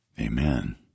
Amen